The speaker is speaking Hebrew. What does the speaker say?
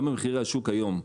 גם במחירי השוק של היום.